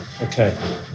Okay